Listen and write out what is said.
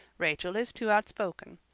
rachel is too outspoken.